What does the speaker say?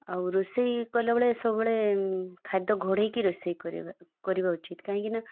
ଆଉ ରୋଷେଇ କଲାବେଳେ ସବୁବେଳେ ଖାଦ୍ୟ ଘୋଡ଼େଇକି ରୋଷେଇ କରିବା କରିବା ଉଚିତ୍ କାହିଁକିନା